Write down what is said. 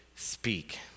Speak